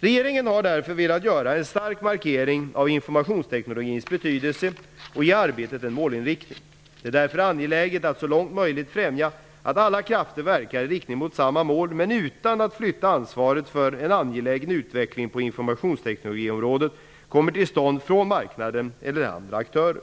Regeringen har därför velat göra en stark markering av informationsteknologins betydelse och ge arbetet en målinriktning. Det är därvid angeläget att så långt möjligt främja att alla krafter verkar i riktning mot samma mål, men utan att flytta ansvaret för att en angelägen utveckling på informationsteknologiområdet kommer till stånd från marknaden eller andra aktörer.